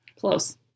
Close